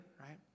right